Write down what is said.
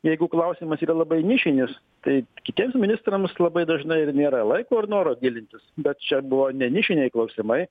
jeigu klausimas yra labai nišinis tai kitiems ministrams labai dažnai ir nėra laiko ir noro gilintis bet čia buvo ne nišiniai klausimai